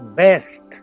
best